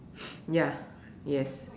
ya yes